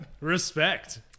Respect